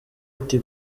ati